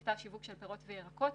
במקטע שיווק של פירות וירקות.